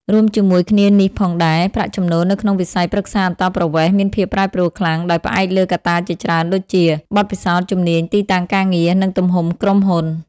រួមជាមួយគ្នានេះផងដែរ ប្រាក់ចំណូលនៅក្នុងវិស័យប្រឹក្សាអន្តោប្រវេសន៍មានភាពប្រែប្រួលខ្លាំង ដោយផ្អែកលើកត្តាជាច្រើនដូចជា បទពិសោធន៍ ជំនាញ ទីតាំងការងារ និងទំហំក្រុមហ៊ុន។